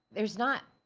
there's not,